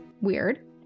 weird